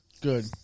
Good